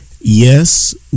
yes